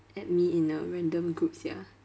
add me in a random group sia